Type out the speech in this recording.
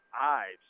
Ives